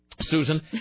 Susan